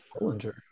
Bollinger